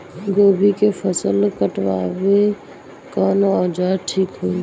गोभी के फसल काटेला कवन औजार ठीक होई?